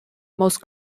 most